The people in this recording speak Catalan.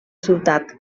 ciutat